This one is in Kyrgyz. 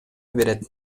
берет